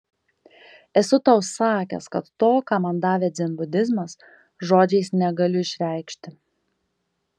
esu tau sakęs kad to ką man davė dzenbudizmas žodžiais negaliu išreikšti